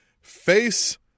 face